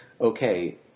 okay